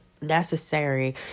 necessary